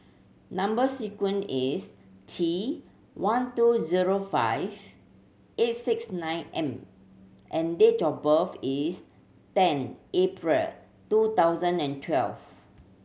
number sequence is T one two zero five eight six nine M and date of birth is ten April two thousand and twelve